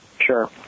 Sure